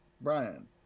brian